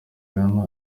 rihanna